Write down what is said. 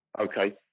okay